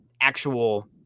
actual